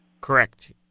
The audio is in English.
Correct